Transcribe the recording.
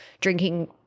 drinking